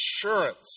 assurance